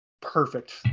perfect